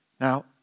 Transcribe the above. Now